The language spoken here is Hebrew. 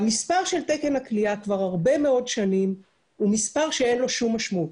והמספר של תקן הכליאה כבר הרבה שנים הוא מספר שאין לו שום משמעות,